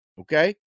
Okay